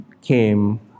came